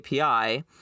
API